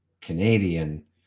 Canadian